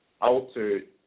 altered